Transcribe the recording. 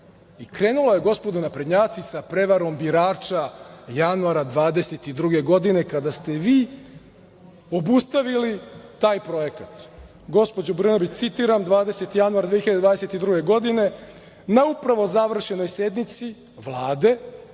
krenula je gospodo naprednjaci sa prevarom januara 2022. godine, kada ste i vi obustavili taj projekat. Gospođo Brnabić, citiram, 20. januar 2022. godine – na upravo završenoj sednici Vlade,